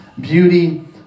beauty